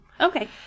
okay